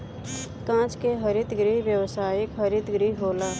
कांच के हरित गृह व्यावसायिक हरित गृह होला